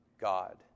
God